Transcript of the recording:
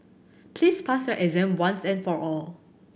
please pass your exam once and for all